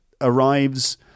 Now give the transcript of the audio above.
arrives